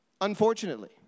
Unfortunately